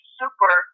super